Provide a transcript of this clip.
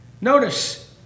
Notice